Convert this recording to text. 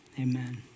Amen